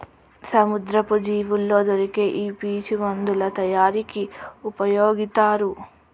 సముద్రపు జీవుల్లో దొరికే ఈ పీచు మందుల తయారీకి ఉపయొగితారు